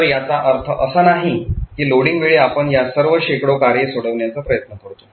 तर याचा अर्थ असा नाही की लोडिंग वेळी आपण या सर्व शेकडो कार्ये सोडवण्याचा प्रयत्न करतो